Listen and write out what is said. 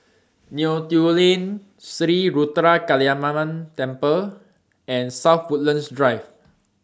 Neo Tiew Lane Sri Ruthra Kaliamman Temple and South Woodlands Drive